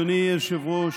אדוני היושב-ראש,